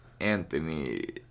Anthony